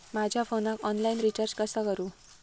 माझ्या फोनाक online recharge कसा करू?